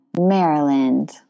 Maryland